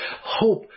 hope